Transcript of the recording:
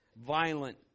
Violent